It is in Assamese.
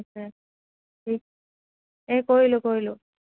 ঠিক এই কৰিলোঁ কৰিলোঁ